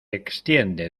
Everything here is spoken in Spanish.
extiende